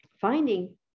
finding